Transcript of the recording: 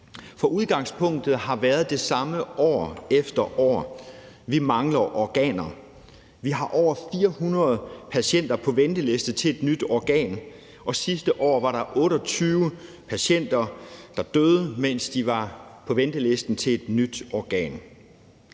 Udgangspunktet har været det samme år efter år: Vi mangler organer. Vi har over 400 patienter på venteliste til et nyt organ, og sidste år var der 28 patienter, der døde, mens de var på venteliste til et nyt organ.